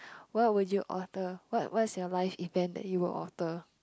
what would you alter what what's your life event that you will alter